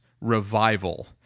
revival